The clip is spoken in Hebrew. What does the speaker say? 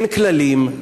אין כללים,